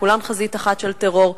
כולם חזית אחת של טרור.